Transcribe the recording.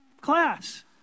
class